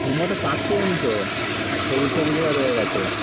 ঠিক মতো পাকছেও না তো সবুজ সবুজ হয়ে রয়ে গেছে